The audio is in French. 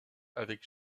avec